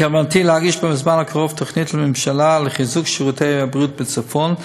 בכוונתי להגיש לממשלה בזמן הקרוב תוכנית לחיזוק שירותי הבריאות בצפון,